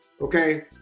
okay